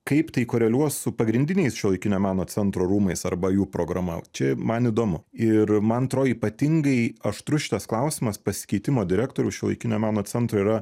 kaip tai koreliuos su pagrindiniais šiuolaikinio meno centro rūmais arba jų programa čia man įdomu ir man atrodo ypatingai aštrus šitas klausimas pasikeitimo direktorius šiuolaikinio meno centro yra